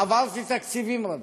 עברתי תקציבים רבים,